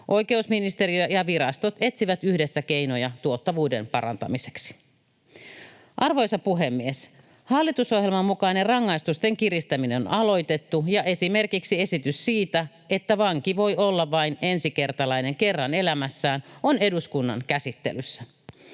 Oikeusministeriö ja virastot etsivät yhdessä keinoja tuottavuuden parantamiseksi. Arvoisa puhemies! Hallitusohjelman mukainen rangaistusten kiristäminen on aloitettu, ja esimerkiksi esitys siitä, että vanki voi olla ensikertalainen vain kerran elämässään, on eduskunnan käsittelyssä.